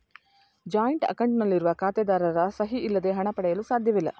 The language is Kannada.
ಜಾಯಿನ್ಟ್ ಅಕೌಂಟ್ ನಲ್ಲಿರುವ ಖಾತೆದಾರರ ಸಹಿ ಇಲ್ಲದೆ ಹಣ ಪಡೆಯಲು ಸಾಧ್ಯವಿಲ್ಲ